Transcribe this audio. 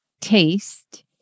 taste